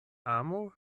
amo